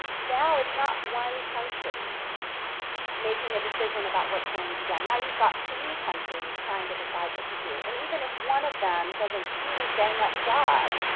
now, it's not one country making a decision about what's going to be done, now you've got three countries trying to decide decide what to do, and even if one of them does a really bang up job,